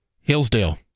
Hillsdale